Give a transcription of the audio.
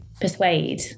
persuade